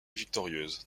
victorieuse